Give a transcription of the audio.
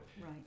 Right